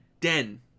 Den